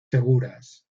seguras